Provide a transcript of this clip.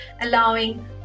allowing